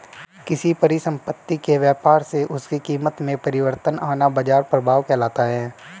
किसी परिसंपत्ति के व्यापार से उसकी कीमत में परिवर्तन आना बाजार प्रभाव कहलाता है